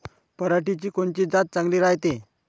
पऱ्हाटीची कोनची जात चांगली रायते?